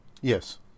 Yes